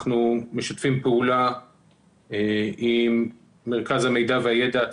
אנחנו משתפים פעולה עם מרכז המידע והידע,